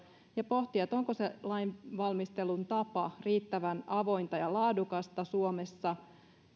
ja pohtia lainvalmistelun tapaa onko se riittävän avointa ja laadukasta suomessa